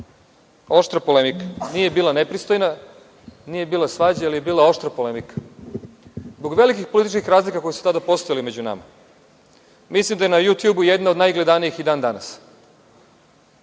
oštra polemika, nije bila nepristojna, nije bilo svađe, ali je bila oštra polemika, zbog velikih političkih razlika koje su tada postojale među nama, mislim da je na „Jutjubu“ jedna od najgledanijih i dan danas. Danas